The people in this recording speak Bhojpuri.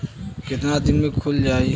कितना दिन में खुल जाई?